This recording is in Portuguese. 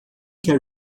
quer